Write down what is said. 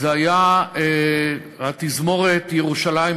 היה תזמורת ירושלים,